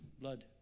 blood